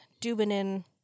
Dubinin